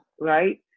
right